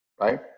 Right